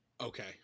Okay